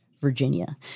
Virginia